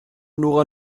nora